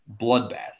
bloodbath